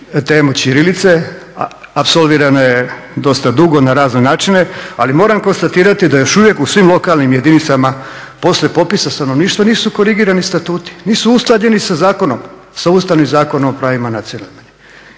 temu ćirilice, apsolvirana je dosta dugo na razne načine ali moram konstatirati da još uvijek u svim lokalnim jedinicama poslije popisa stanovništva nisu korigirani statuti, nisu usklađeni sa zakonom, sa Ustavnim zakonom o pravima nacionalnih